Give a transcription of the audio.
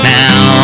now